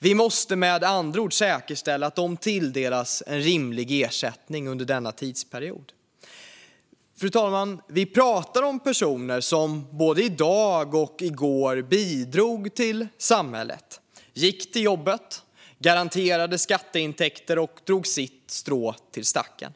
Vi måste med andra ord säkerställa att de tilldelas en rimlig ersättning under denna tidsperiod. Fru talman! Vi pratar om personer som både bidrar i dag och bidrog i går till samhället, gick till jobbet, garanterade skatteintäkter och drog sitt strå till stacken.